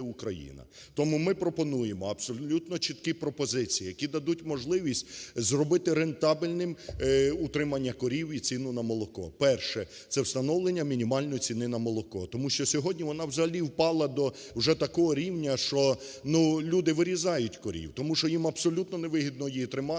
Тому ми пропонуємо абсолютно чіткі пропозиції, які дадуть можливість зробити рентабельним утримання корів і ціну на молоко. Перше, це становлення мінімальної ціна на молоко. Тому що сьогодні вона взагалі впала до вже такого рівня, що люди вирізають корів, тому що їм абсолютно невигідно її тримати